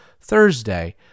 Thursday